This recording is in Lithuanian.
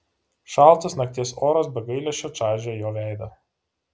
šaltas nakties oras be gailesčio čaižė jo veidą